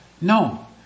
no